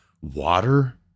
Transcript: water